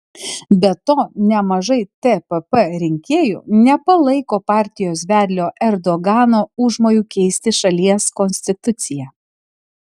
be to nemažai tpp rinkėjų nepalaiko partijos vedlio erdogano užmojų keisti šalies konstituciją